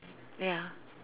ya